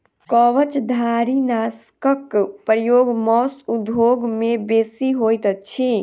कवचधारीनाशकक प्रयोग मौस उद्योग मे बेसी होइत अछि